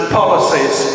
policies